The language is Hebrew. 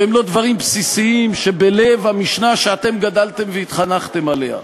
שהם לא דברים בסיסיים שבלב המשנה שאתם גדלתם והתחנכתם עליה.